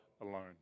alone